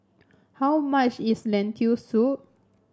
how much is Lentil Soup